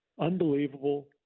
Unbelievable